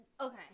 okay